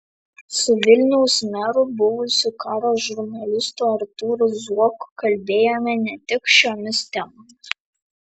su vilniaus meru buvusiu karo žurnalistu artūru zuoku kalbėjome ne tik šiomis temomis